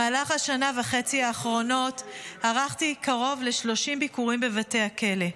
במהלך השנה וחצי האחרונות ערכתי קרוב ל-30 ביקורים בבתי הכלא.